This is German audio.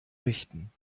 richten